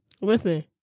Listen